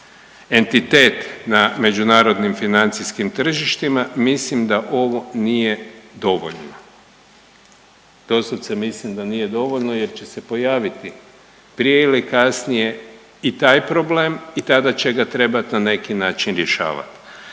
entitet na međunarodnim financijskim tržištima, mislim da ovo nije dovoljno. Doslovce mislim da nije dovoljno jer će se pojaviti prije ili kasnije i taj problem i tada će ga trebati na neki način rješavati.